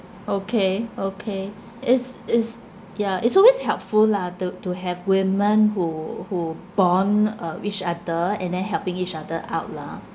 okay okay is is ya it's always helpful lah to to have women who who bond uh each other and then helping each other out lah